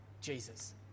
Jesus